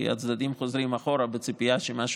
כי הצדדים חוזרים אחורה בציפייה שמשהו